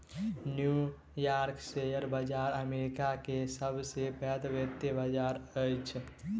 new York share बाजार America के सब से पैघ वित्तीय बाजार अछि